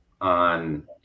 on